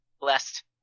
Blessed